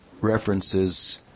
references